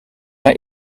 naar